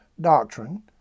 doctrine